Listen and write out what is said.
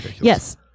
yes